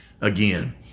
again